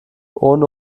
ohne